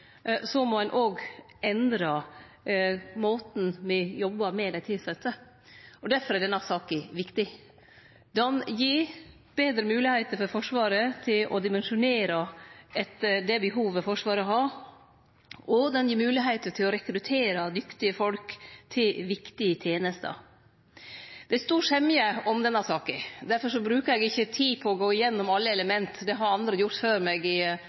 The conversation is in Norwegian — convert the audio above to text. må ein òg endre måten ein jobbar med dei tilsette på, og derfor er denne saka viktig. Det gir betre moglegheiter for Forsvaret til å dimensjonere etter det behovet Forsvaret har, og det gir moglegheiter til å rekruttere dyktige folk til viktige tenester. Det er stor semje om denne saka, difor brukar eg ikkje tid på å gå gjennom alle element. Det har andre gjort før meg i